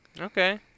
Okay